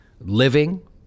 living